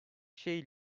şey